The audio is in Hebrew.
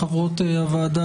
לחברות הוועדה,